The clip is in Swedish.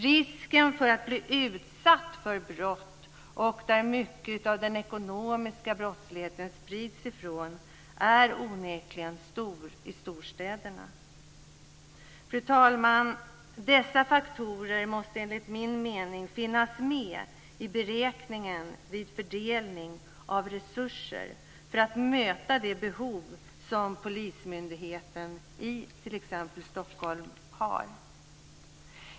Risken för att bli utsatt för brott är stor i storstäderna, och det är onekligen därifrån som mycket av den ekonomiska brottsligheten sprids. Fru talman! Dessa faktorer måste enligt min mening finnas med i beräkningen vid fördelning av resurser för att möta det behov som polismyndigheten i t.ex. Stockholm har.